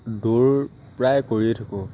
দৌৰ প্ৰায় কৰিয়ে থাকোঁ